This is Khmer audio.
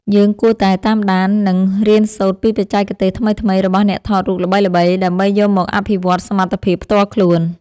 យើងគួរតែតាមដាន និងរៀនសូត្រពីបច្ចេកទេសថ្មីៗរបស់អ្នកថតរូបល្បីៗដើម្បីយកមកអភិវឌ្ឍសមត្ថភាពផ្ទាល់ខ្លួន។